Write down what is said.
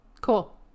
Cool